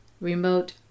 remote